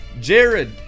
Jared